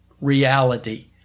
reality